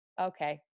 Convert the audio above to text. okay